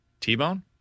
t-bone